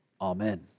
Amen